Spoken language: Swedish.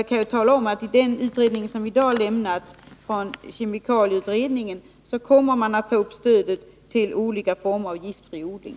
Jag kan tala om att i det betänkande som i dag avgivits av kemikalieutredningen tar man upp stödet till olika former av giftfri odling.